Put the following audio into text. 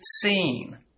seen